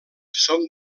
són